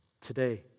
today